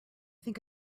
think